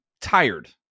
tired